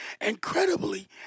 Incredibly